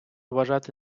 вважати